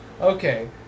Okay